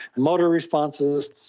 motor responses,